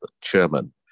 chairman